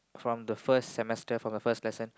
from the first semester for the first lesson